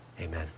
Amen